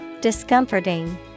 Discomforting